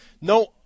no